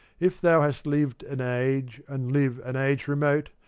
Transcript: if thou hast lived an age, and live an age remote,